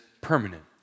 permanent